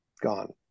gone